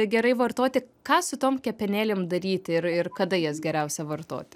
gerai vartoti ką su tom kepenėlėm daryti ir ir kada jas geriausia vartoti